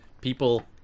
people